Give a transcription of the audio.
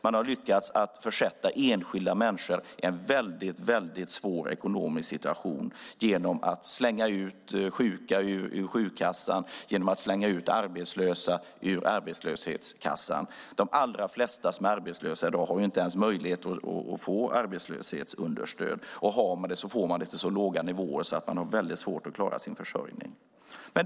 Man har lyckats försätta enskilda människor i en väldigt svår ekonomisk situation genom att slänga ut sjuka ur sjukkassan och genom att slänga ut arbetslösa ur arbetslöshetskassan. De allra flesta som är arbetslösa i dag har inte ens möjlighet att få arbetslöshetsunderstöd, och har man det får man det på så låga nivåer att man har svårt att klara sin försörjning.